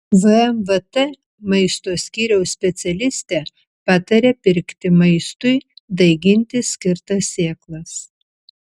vmvt maisto skyriaus specialistė pataria pirkti maistui daiginti skirtas sėklas